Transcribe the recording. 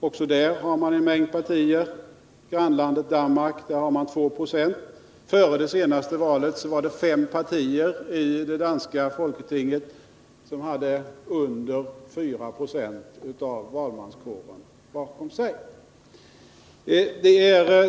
Också där finns en mängd partier. I vårt grannland Danmark har man en tvåprocentsregel. Före det senaste valet Författningsfrågor valmanskåren bakom sig.